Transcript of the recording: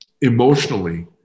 emotionally